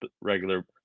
regular